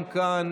גם כאן